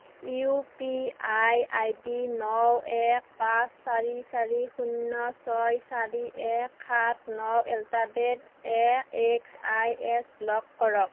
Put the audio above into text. UPI ID ন এক পাঁচ চাৰি চাৰি শূন্য ছয় চাৰি এক সাত ন এল্টা date A X I S block কৰক